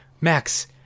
Max